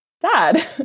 dad